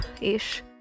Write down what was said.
ish